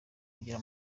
kugera